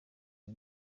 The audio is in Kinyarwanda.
uyu